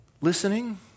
listening